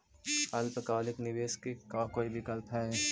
अल्पकालिक निवेश के का कोई विकल्प है?